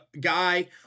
guy